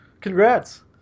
Congrats